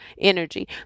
energy